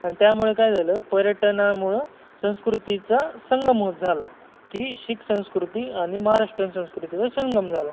आणि त्यामुळे काय झालं पर्यटनामुळं संस्कृतीचा संगम होत झाला की शीख संस्कृती आणि महाराष्ट्रीय संस्कृतीचा संगम झाला